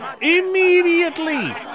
immediately